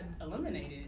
eliminated